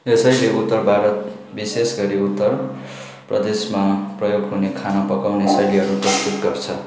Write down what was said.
यसैले उत्तर भारत विशेष गरी उत्तर प्रदेशमा प्रयोग हुने खाना पकाउने शैलीहरू प्रस्तुत गर्छ